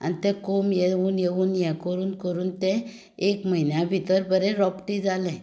आनी ते कोंब येवन येवन हें करून करून तें एक म्हयन्या भितर बरें रोंपटें जालें